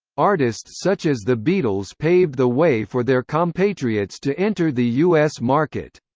artists such as the beatles paved the way for their compatriots to enter the us market.